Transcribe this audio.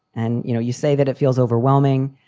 and, you know, you say that it feels overwhelming.